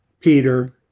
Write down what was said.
Peter